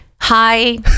Hi